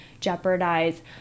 jeopardize